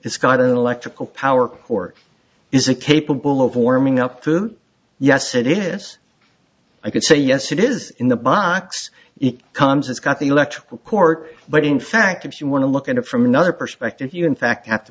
it's got an electrical power or is it capable of warming up food yes it is i could say yes it is in the box it comes it's got the electrical court but in fact if you want to look at it from another perspective you in fact